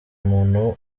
umuntu